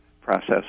process